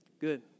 Good